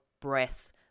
breath